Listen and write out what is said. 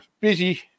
busy